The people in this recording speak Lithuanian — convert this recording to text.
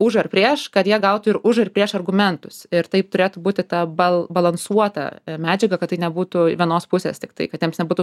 už ar prieš kad jie gautų ir už ir prieš argumentus ir tai turėtų būti ta bal balansuota medžiaga kad tai nebūtų vienos pusės tiktai kad jiems nebūtų